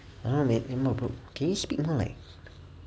I don't know man bro can you speak more like